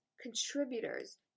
contributors